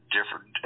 different